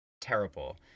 terrible